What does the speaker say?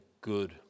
good